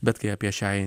bet kai apie šią